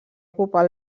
ocupar